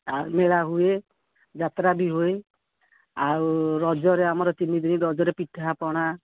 ଆଉ ମେଳା ହୁଏ ଯାତ୍ରା ବି ହୁଏ ଆଉ ରଜରେ ଆମର ତିନିଦିନ ରଜରେ ପିଠାପଣା